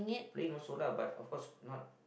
play also lah but of cause not